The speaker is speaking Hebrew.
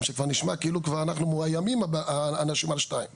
כי זה כבר נשמע כאילו אנחנו האנשים על שניים כבר מאוימים.